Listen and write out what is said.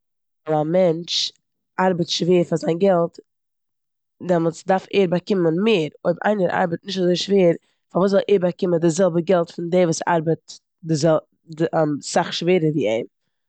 א מענטש ארבעט שווער אויף זיין געלט דעמאלטס דארף ער באקומען מער. אויב איינער ארבעט נישט אזוי שווער, פארוואס זאל ער באקומען די זעלבע געלט פון די וואס ארבעט די זעל- אסאך שווערער ווי אים.